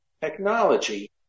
technology